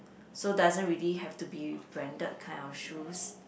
so doesn't really have to be branded kind of shoes